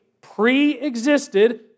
pre-existed